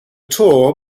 tour